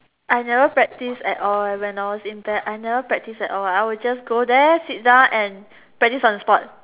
I never practice at all when I was in band I never practice at all I will just go there sit down and practice on the spot